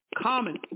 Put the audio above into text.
Common